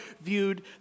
viewed